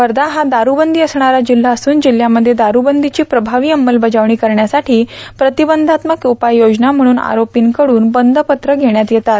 वर्धा हा दारूबंदी असणारा जिल्हा असून जिल्हयामध्ये दारूबंदीची प्रभावी अंमलबजावणी करण्यासाठी प्रतिबंधात्मक उपाययोजना म्हणून आरोपींकडून बंधपत्र घेण्यात येतात